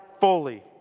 fully